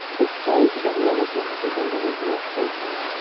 it seemed to be limited to individual cases.